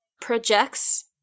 projects